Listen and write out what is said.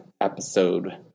episode